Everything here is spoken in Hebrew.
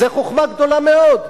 זה חוכמה גדולה מאוד,